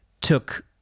took